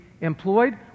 employed